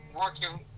working